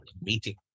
meeting